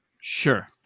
Sure